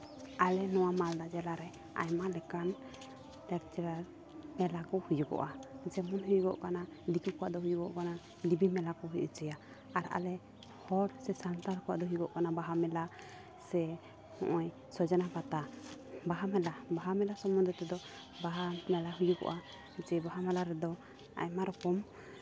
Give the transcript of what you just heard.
ᱟᱞᱮ ᱱᱚᱣᱟ ᱢᱟᱞᱫᱟ ᱡᱮᱞᱟ ᱨᱮ ᱟᱭᱢᱟ ᱞᱮᱠᱟᱱ ᱞᱟᱠᱪᱟᱨᱟᱱ ᱢᱮᱞᱟ ᱠᱚ ᱦᱩᱭᱩᱜᱚᱜᱼᱟ ᱡᱮᱢᱚᱱ ᱦᱩᱭᱩᱜᱜ ᱠᱟᱱᱟ ᱫᱤᱠᱩ ᱠᱚᱣᱟᱜ ᱫᱚ ᱦᱩᱭᱩᱜᱚᱜ ᱠᱟᱱᱟ ᱫᱮᱵᱤ ᱢᱮᱞᱟ ᱠᱚ ᱦᱩᱭ ᱦᱚᱪᱚᱭᱟ ᱟᱨ ᱟᱞᱮ ᱦᱚᱲ ᱥᱮ ᱥᱟᱱᱛᱟᱲ ᱠᱚᱣᱟᱜ ᱫᱚ ᱦᱩᱭᱩᱜᱚᱜ ᱠᱟᱱᱟ ᱵᱟᱦᱟ ᱢᱮᱞᱟ ᱥᱮ ᱱᱚᱜᱼᱚᱭ ᱥᱚᱡᱽᱱᱟ ᱯᱟᱛᱟ ᱵᱟᱦᱟ ᱢᱮᱞᱟ ᱵᱟᱦᱟ ᱢᱮᱞᱟ ᱥᱚᱢᱚᱱᱫᱷᱚ ᱛᱮᱫᱚ ᱵᱟᱦᱟ ᱢᱮᱞᱟ ᱦᱩᱭᱩᱜᱚᱜᱼᱟ ᱡᱮ ᱵᱟᱦᱟ ᱢᱮᱞᱟ ᱨᱮᱫᱚ ᱟᱭᱢᱟ ᱨᱚᱠᱚᱢ